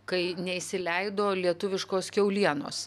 kai neįsileido lietuviškos kiaulienos